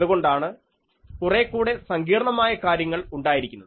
അതുകൊണ്ടാണ് കുറെ കൂടെ സങ്കീർണമായ കാര്യങ്ങൾ ഉണ്ടായിരിക്കുന്നത്